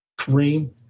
Kareem